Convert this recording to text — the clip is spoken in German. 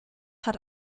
hat